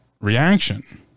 reaction